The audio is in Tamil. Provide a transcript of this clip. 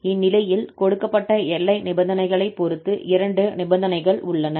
இந்நிலையில் கொடுக்கப்பட்ட எல்லை நிபந்தனைகளைப் பொறுத்து இரண்டு நிபந்தனைகள் உள்ளன